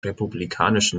republikanischen